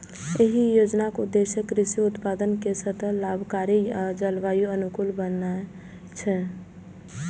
एहि योजनाक उद्देश्य कृषि उत्पादन कें सतत, लाभकारी आ जलवायु अनुकूल बनेनाय छै